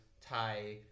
Thai